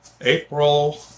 April